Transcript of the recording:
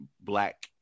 black